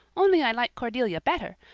only i like cordelia better.